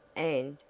and,